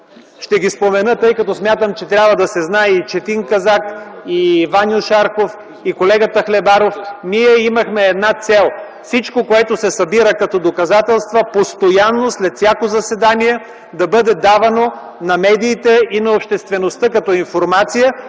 ще ги спомена, тъй като смятам, че трябва да се знае – Четин Казак, Ваньо Шарков, колегата Хлебаров, ние имахме една цел: всичко, което се събира като доказателства постоянно след всяко заседание да бъде давано на медиите и на обществеността като информация,